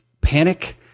panic